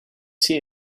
see